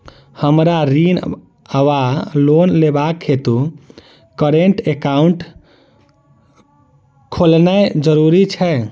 हमरा ऋण वा लोन लेबाक हेतु करेन्ट एकाउंट खोलेनैय जरूरी छै?